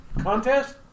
contest